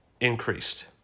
increased